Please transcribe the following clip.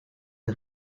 der